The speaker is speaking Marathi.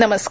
नमस्कार